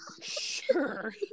sure